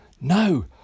No